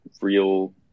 real